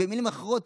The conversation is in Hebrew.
במילים אחרות,